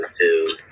two